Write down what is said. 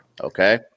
Okay